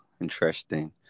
interesting